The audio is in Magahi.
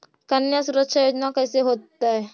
कन्या सुरक्षा योजना कैसे होतै?